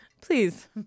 Please